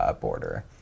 border